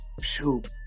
shoot